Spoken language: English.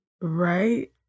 Right